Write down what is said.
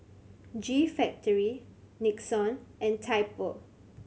G Factory Nixon and Typo